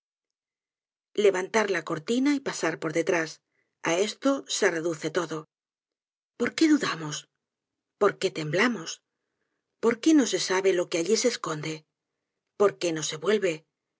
levantar la cortina y pasar por detras á esto se reduce todo por qué dudamos por qué temblamos por qué no se sabe lo que alli se esconde por qué no se vuelve